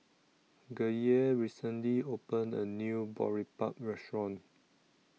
Gaye recently opened A New Boribap Restaurant